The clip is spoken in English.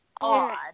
odd